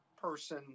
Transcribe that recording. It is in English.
person